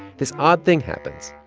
this odd thing happens.